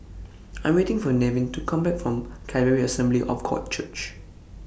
I Am waiting For Nevin to Come Back from Calvary Assembly of God Church